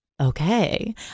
Okay